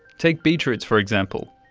take beetroots, for example.